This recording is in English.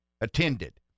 attended